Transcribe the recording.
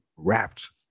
wrapped